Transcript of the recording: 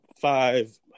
five